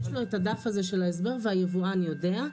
נותנים לו את הדף של ההסבר והיבואן יודע.